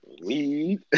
Weed